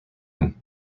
him